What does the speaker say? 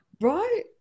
Right